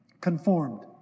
conformed